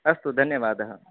अस्तु धन्यवादः